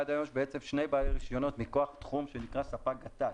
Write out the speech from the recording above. עד היום יש שני בעלי רישיונות מכוח תחום שנקרא ספק גטד.